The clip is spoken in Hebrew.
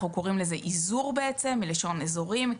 אנחנו קוראים לזה אזור, בעצם, מלשון אזורים.